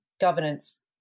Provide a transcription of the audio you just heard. governance